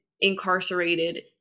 incarcerated